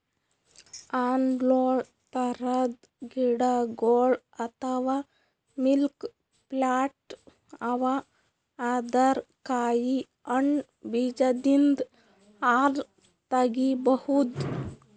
ಹದ್ದ್ನೊಳ್ ಥರದ್ ಗಿಡಗೊಳ್ ಅಥವಾ ಮಿಲ್ಕ್ ಪ್ಲಾಂಟ್ ಅವಾ ಅದರ್ ಕಾಯಿ ಹಣ್ಣ್ ಬೀಜದಿಂದ್ ಹಾಲ್ ತಗಿಬಹುದ್